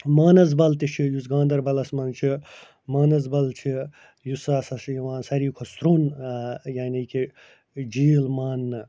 مانس بل تہِ چھُ یُس گانٛدربلس منٛز چھُ مانس بل چھُ یُس ہَسا چھُ یِوان سارِوٕے کھۄتہٕ سروٚن یعنی کہِ جیٖل ماننہٕ